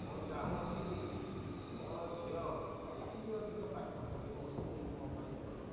ମୁଁ ଚାହୁଁଅଛି କି ମୋର ଝିଅ ଯେତିକି ଅଧିକ ପାଠ ପଢ଼ିବ ସେତିକି ମୋ ପାଇଁ ଭଲ